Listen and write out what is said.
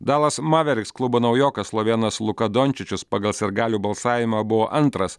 dalas maveriks klubo naujokas slovėnas luka dončičius pagal sirgalių balsavimą buvo antras